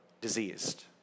diseased